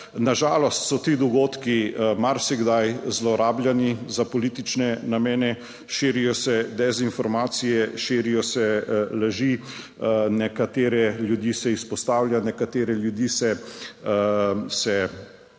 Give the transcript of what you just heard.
Na žalost so ti dogodki marsikdaj zlorabljeni za politične namene, širijo se dezinformacije, širijo se laži. Nekatere ljudi se izpostavlja, nekatere ljudi se zmanjša